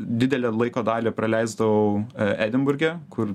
didelę laiko dalį praleisdavau edinburge kur